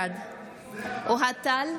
בעד אוהד טל,